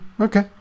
Okay